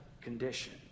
condition